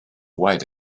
wait